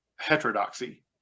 Heterodoxy